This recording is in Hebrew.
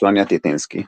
סוניה טיטינסקי.